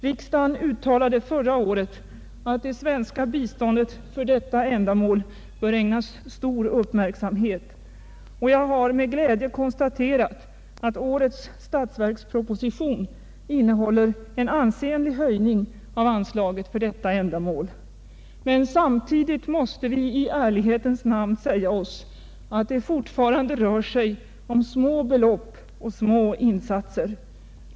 Riksdagen uttalade förra året att det svenska biståndet för detta ändamål borde ägnas stor uppmärksamhet. Jag har med glädje konstaterat att årets statsverksproposition innehåller en ansenlig höjning av anslaget för detta ändamål. Men samtidigt måste vi i ärlighetens namn säga oss att det fortfarande rör sig om små belopp och små insatser.